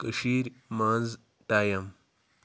کٔشیٖرِ منٛز ٹایم